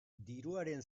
diruaren